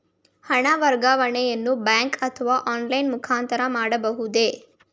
ಹಣ ವರ್ಗಾವಣೆಯನ್ನು ಬ್ಯಾಂಕ್ ಅಥವಾ ಆನ್ಲೈನ್ ಮುಖಾಂತರ ಮಾಡಬಹುದೇ?